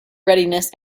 readiness